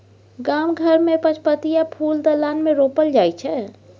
गाम घर मे पचपतिया फुल दलान मे रोपल जाइ छै